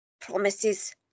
promises